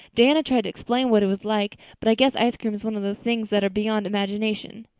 diana tried to explain what it was like, but i guess ice cream is one of those things that are beyond imagination.